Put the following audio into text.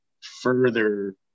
further